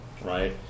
right